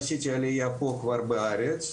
עשיתי עלייה פה כבר בארץ,